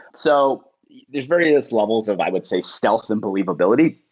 so there's various levels of i would say stealth and believability.